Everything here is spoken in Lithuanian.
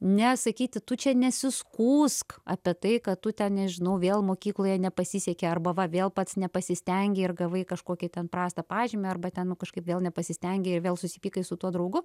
ne sakyti tu čia nesiskųsk apie tai ką tu ten nežinau vėl mokykloje nepasisekė arba vėl pats nepasistengei ir gavai kažkokį ten prastą pažymį arba ten nu kažkaip vėl nepasistengei ir vėl susipykai su tuo draugu